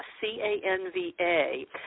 C-A-N-V-A